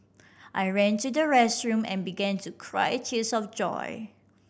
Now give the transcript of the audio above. I ran to the restroom and began to cry tears of joy